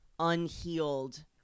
unhealed